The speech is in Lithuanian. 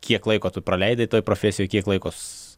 kiek laiko tu praleidai toj profesijoj kiek laiko